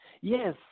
Yes